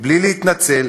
בלי להתנצל